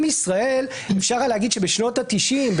אפשר היה להגיד שבשנות התשעים,